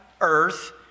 earth